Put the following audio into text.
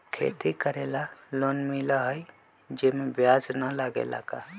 खेती करे ला लोन मिलहई जे में ब्याज न लगेला का?